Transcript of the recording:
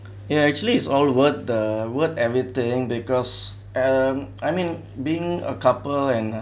ya actually it's all word the word everything because um I mean being a couple and uh